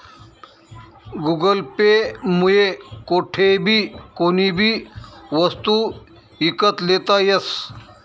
Google pay मुये कोठेबी कोणीबी वस्तू ईकत लेता यस